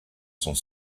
sont